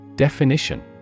Definition